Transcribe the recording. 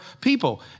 people